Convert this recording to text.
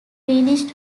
finished